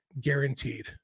guaranteed